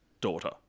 daughter